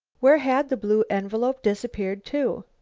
where had the blue envelope disappeared to?